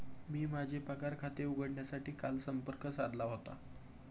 मी माझे पगार खाते उघडण्यासाठी काल संपर्क साधला होता